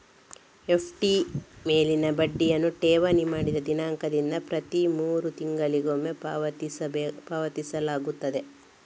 FD ಮೇಲಿನ ಬಡ್ಡಿಯನ್ನು ಠೇವಣಿ ಮಾಡಿದ ದಿನಾಂಕದಿಂದ ಪ್ರತಿ ಮೂರು ತಿಂಗಳಿಗೊಮ್ಮೆ ಪಾವತಿಸಲಾಗುತ್ತದೆ